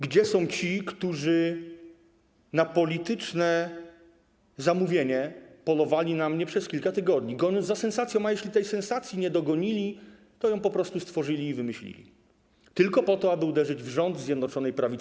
Gdzie są ci, którzy na polityczne zamówienie polowali na mnie przez kilka tygodni, goniąc za sensacją, a skoro tej sensacji nie dogonili, to ją po prostu stworzyli i wymyślili tylko po to, aby uderzyć w rząd Zjednoczonej Prawicy?